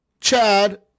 Chad